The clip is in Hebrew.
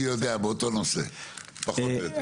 אני יודע, באותו נושא פחות או יותר.